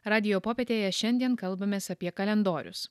radijo popietėje šiandien kalbamės apie kalendorius